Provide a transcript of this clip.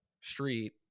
street